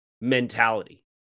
mentality